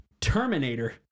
Terminator